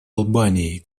албании